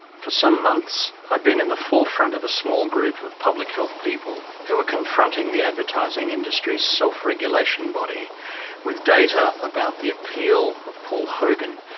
for some months, i'd been in the forefront of a small group of public health people who confronted the advertising industry's self-regulation body with data about the appeal of paul hogan,